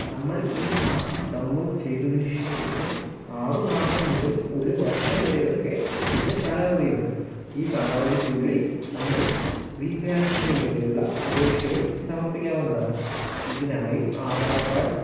നമ്മൾ e passbook download ചെയ്തതിനുശേഷം ആറുമാസം മുതൽ ഒരു വർഷം വരെയൊക്കെ ഇതിന് കാലാവധിയുണ്ട് ഈ കാലാവധിക്കുള്ളിൽ നമ്മൾ റീഫിനാൻസിങ്ങിന് വേണ്ടിയുള്ള അപേക്ഷകൾ സമർപ്പിക്കാവുന്നതാണ് ഇതിനായി ആധാർ കാർഡ്